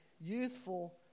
youthful